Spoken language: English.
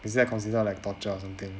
is that considered like torture or something